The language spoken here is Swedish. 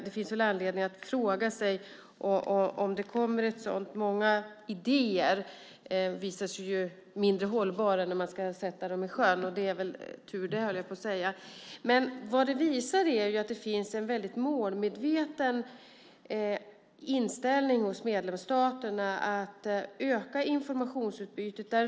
Det finns anledning att fråga sig om det kommer ett sådant. Många idéer visar sig mindre hållbara när man ska sätta dem i sjön, och det är väl tur det, höll jag på att säga. Vad det visar är att det finns en väldigt målmedveten inställning hos medlemsstaterna att öka informationsutbytet.